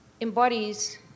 embodies